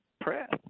press